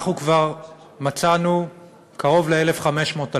אנחנו כבר מצאנו קרוב ל-1,500,